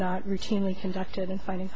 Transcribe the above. not routinely conducted in finding